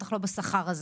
בטח לא בשכר הזה.